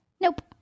nope